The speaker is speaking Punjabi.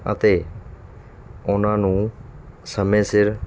ਅਤੇ ਉਨ੍ਹਾਂ ਨੂੰ ਸਮੇਂ ਸਿਰ